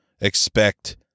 expect